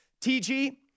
TG